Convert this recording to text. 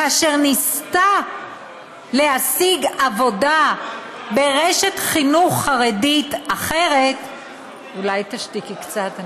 כאשר ניסתה להשיג עבודה ברשת חינוך חרדית אחרת -- אולי תשתיקי קצת?